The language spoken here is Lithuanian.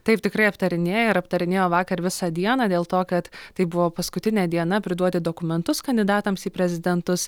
taip tikrai aptarinėja ir aptarinėjo vakar visą dieną dėl to kad tai buvo paskutinė diena priduoti dokumentus kandidatams į prezidentus